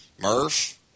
Murph